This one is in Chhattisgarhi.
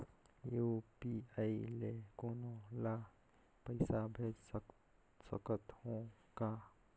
यू.पी.आई ले कोनो ला पइसा भेज सकत हों का?